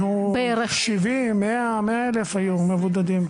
70, 100 אלף היו מבודדים.